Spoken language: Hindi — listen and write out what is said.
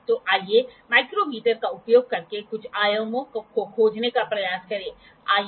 यदि आप स्लिप गेज का उपयोग नहीं करते हैं तो यह उपकरण किसी बड़े काम का नहीं है